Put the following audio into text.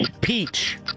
Peach